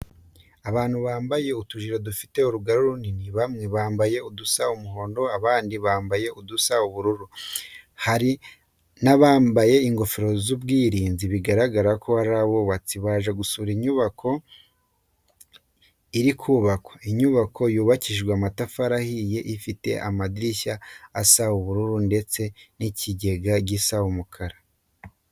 Abantu bambaye utujire dufite urugarura rumuri, bamwe bambaye udusa umuhondo, abandi bambaye udusa ubururu, hari n'abambaye ingofero z'ubwirinzi, biragaragara ko ari abubatsi, baje gusura inyubako iri kubakwa. Inyubako yubakishije amatafari ahiye, ifite amadirishya asa ubururu, ndetse n'ikigega gisa umukara.